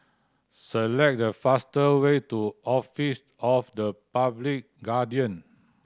select the faster way to Office of the Public Guardian